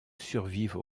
survivent